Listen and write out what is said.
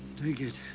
take it.